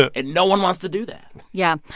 ah and no one wants to do that yeah,